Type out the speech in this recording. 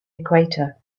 equator